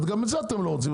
גם את זה אתם לא רוצים.